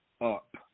up